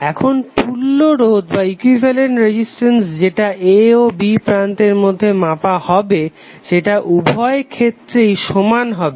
এখন তুল্য রোধ যেটা a ও b প্রান্তের মধ্যে মাপা হবে সেটা উভয় ক্ষেত্রেই সমান হবে